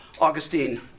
Augustine